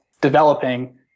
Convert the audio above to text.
developing